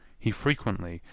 he frequently,